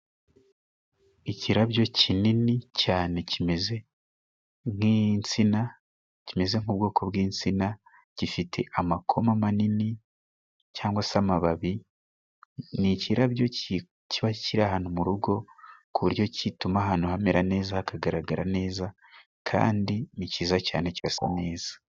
Ikirabyo kinini cyane kimeze nk'insina, kimeze nk'ubwoko bw'insina, gifite amakoma manini cyangwa se amababi, ni ikirarabyo kiba kiri ahantu mu rugo ku buryo gituma ahantu hamera neza, hagaragara neza, kandi ni cyiza cyane kirasa neza.